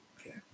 Okay